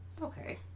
Okay